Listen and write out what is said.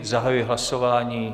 Zahajuji hlasování.